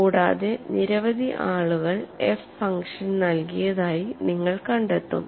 കൂടാതെ നിരവധി ആളുകൾ എഫ് ഫംഗ്ഷൻ നൽകിയതായി നിങ്ങൾ കണ്ടെത്തും